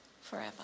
forever